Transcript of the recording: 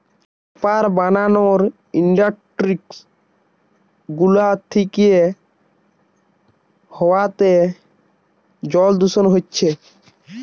paper বানানার industry গুলা থিকে হাওয়াতে জলে দূষণ হচ্ছে